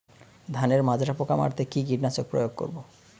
ধানের মাজরা পোকা মারতে কি কীটনাশক প্রয়োগ করব?